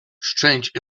strange